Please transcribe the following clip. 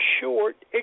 short